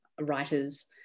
writers